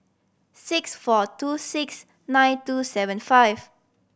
six four two six nine two seven five